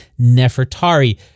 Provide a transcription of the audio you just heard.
Nefertari